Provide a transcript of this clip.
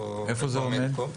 איפה זה עומד פה?